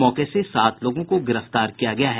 मौके से सात लोगों को गिरफ्तार किया गया है